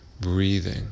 breathing